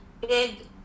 big